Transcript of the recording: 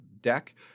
deck